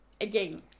again